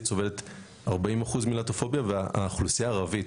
סובלת 40% מלהטופוביה והאוכלוסייה הערבית,